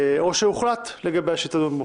או שהוחלט לגביה שתדון בו,